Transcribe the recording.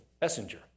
messenger